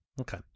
Okay